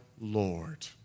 Lord